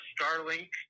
Starlink